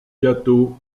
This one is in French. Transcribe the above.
gâteaux